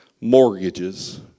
mortgages